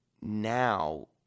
now